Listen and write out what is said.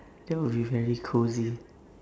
that would be very cozy